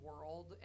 world